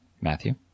Matthew